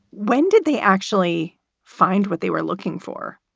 when did they actually find what they were looking for?